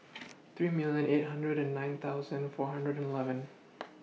three million eight hundred and nine thousand four hundred eleven